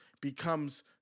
becomes